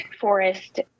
forest